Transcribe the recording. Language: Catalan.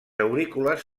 aurícules